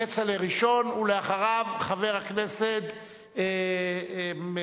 כצל'ה ראשון, ואחריו, חבר הכנסת גנאים.